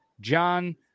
John